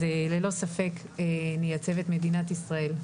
אז ללא ספק נייצב את מדינת ישראל.